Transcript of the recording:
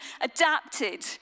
adapted